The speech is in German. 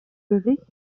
bericht